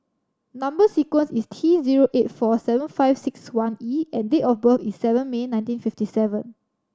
number sequence is T zero eight four seven five six one E and date of birth is seven May nineteen fifty seven